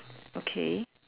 okay